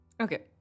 Okay